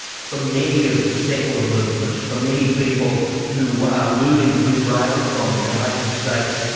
for many of the settler movement, for many people who are moving to israel from the united states,